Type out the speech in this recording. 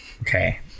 Okay